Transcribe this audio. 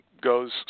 goes